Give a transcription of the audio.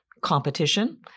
competition